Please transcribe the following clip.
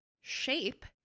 shape